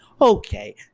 Okay